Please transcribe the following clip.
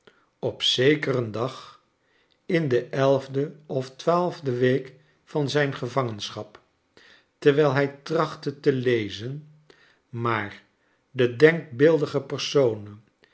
op zekeren dag in de elfde of twaalfde week van zijn gevangenschap terwijl hij trachtte te lezen maar de denkbeeldige personen